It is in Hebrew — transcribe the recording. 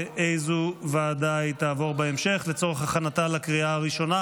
לאיזו ועדה היא תעבור בהמשך לצורך הכנתה לקריאה הראשונה.